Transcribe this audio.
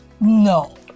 No